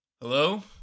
Hello